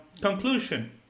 conclusion